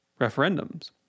referendums